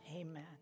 Amen